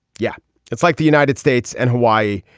yeah it's like the united states and hawaii.